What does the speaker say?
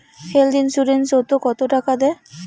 Health insurance ওত কত টাকা দেয়?